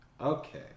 Okay